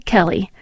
Kelly